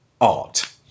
art